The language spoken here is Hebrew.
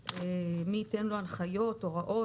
עשיתם את ההבחנה הזאת בסעיף הקודם,